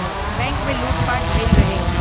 bank में लूट पाट भईल रहे